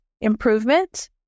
improvement